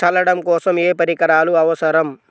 చల్లడం కోసం ఏ పరికరాలు అవసరం?